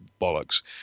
bollocks